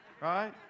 right